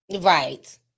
Right